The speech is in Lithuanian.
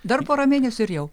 dar porą mėnesių ir jau